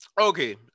Okay